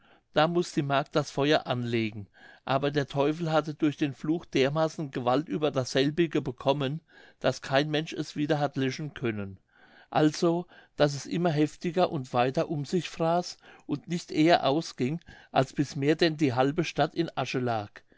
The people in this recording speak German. da muß die magd das feuer anlegen aber der teufel hatte durch den fluch dermaßen gewalt über dasselbige bekommen daß kein mensch es wieder hat löschen können also daß es immer heftiger und weiter um sich fraß und nicht eher ausging als bis mehr denn die halbe stadt in asche lag